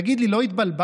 תגיד לי, לא התבלבלת,